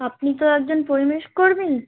আপনি তো একজন পরিবেশকর্মী